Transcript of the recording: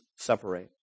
separate